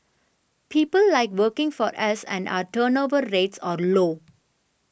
people like working for us and our turnover rates are low